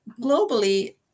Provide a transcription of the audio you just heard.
globally